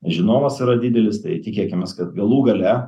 žinovas yra didelis tai tikėkimės kad galų gale